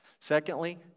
Secondly